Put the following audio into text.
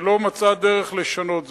שלא מצאה דרך לשנות זאת.